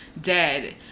dead